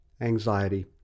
anxiety